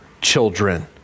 children